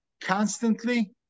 constantly